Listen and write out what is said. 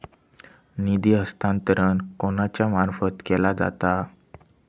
निधी हस्तांतरण कोणाच्या मार्फत केला जाता?